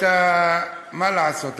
מה לעשות,